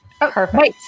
Perfect